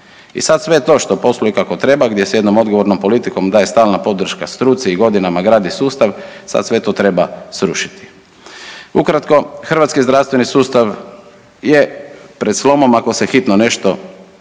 I sad sve to što posluje kako treba, gdje s jednom odgovornom politikom daje stalna podrška struci i godinama gradi sustav, sad sve to treba srušiti. Ukratko, hrvatski zdravstveni sustav je pred slomom, ako se hitno nešto